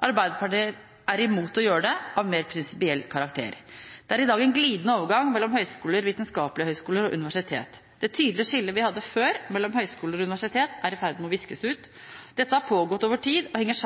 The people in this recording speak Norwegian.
Arbeiderpartiet er imot å gjøre det – en avgjørelse av mer prinsipiell karakter. Det er i dag en glidende overgang mellom høyskoler, vitenskapelige høyskoler og universitet. Det tydelige skillet vi hadde før mellom høyskoler og universitet, er i ferd med å viskes ut. Dette har pågått over tid og henger